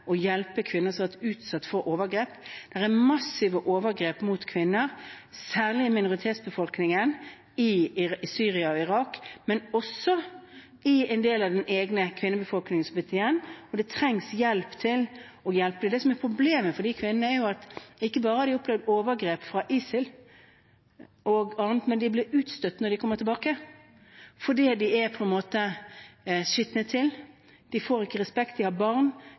hjelpe kvinner som har vært utsatt for overgrep – det er massive overgrep mot kvinner, særlig i minoritetsbefolkningen i Syria og Irak, men også i en del av den egne kvinnebefolkningen som er blitt igjen – og det trengs hjelp til å hjelpe. Det som er problemet for disse kvinnene, er at ikke bare har de opplevd overgrep fra ISIL og andre, men de blir utstøtt når de kommer tilbake, fordi de er skitnet til, de får ikke respekt, de har barn,